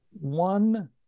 one